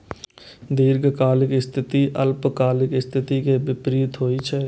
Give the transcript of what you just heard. दीर्घकालिक स्थिति अल्पकालिक स्थिति के विपरीत होइ छै